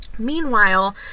meanwhile